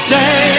day